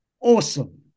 Awesome